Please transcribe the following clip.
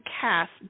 cast